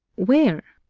where?